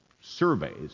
surveys